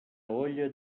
olla